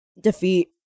defeat